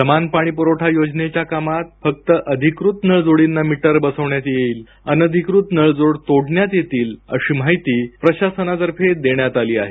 समान पाणीपुरवठा योजनेच्या कामात फक्त अधिकृत नळ जोडीना मीटर बसवण्यात येईल अनधिकृत नळजोड तोडण्यात येतील अशी माहिती प्रशासनातर्फे देण्यात आली आहे